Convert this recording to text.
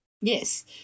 Yes